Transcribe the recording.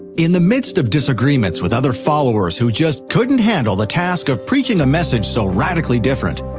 in the midst of disagreements with other followers who just couldn't handle the task of preaching a message so radically different,